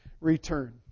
return